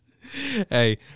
hey